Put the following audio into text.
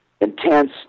intense